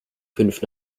fünf